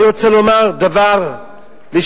אני רוצה לומר דבר לשבחך: